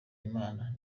imana